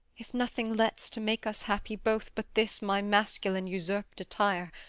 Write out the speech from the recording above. if nothing lets to make us happy both but this my masculine usurp'd attire,